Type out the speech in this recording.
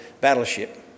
battleship